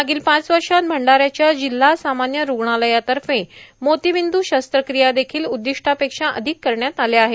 मागील पाच वर्षात भंडाऱ्याच्या जिल्हा सामान्य रूग्णालयातर्फे मोतीबिंदू शस्त्रक्रिया देखिल उद्दिष्टापेक्षा अधिक करण्यात आल्या आहेत